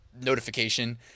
notification